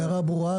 ההערה ברורה.